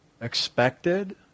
expected